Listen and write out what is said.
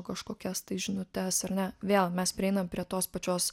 kažkokias tai žinutes ar ne vėl mes prieinam prie tos pačios